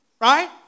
Right